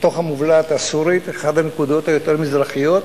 בתוך המובלעת הסורית, אחת הנקודות היותר מזרחיות.